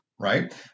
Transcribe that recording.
Right